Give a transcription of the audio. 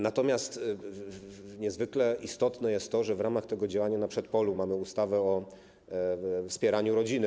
Natomiast niezwykle istotne jest to, że w ramach tego działania na przedpolu mamy ustawę o wspieraniu rodziny.